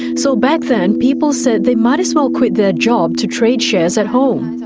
so back then people said they might as well quit their job to trade shares at home.